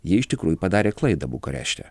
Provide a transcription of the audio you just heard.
jie iš tikrųjų padarė klaidą bukarešte